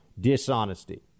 dishonesty